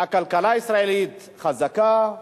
הכלכלה הישראלית חזקה,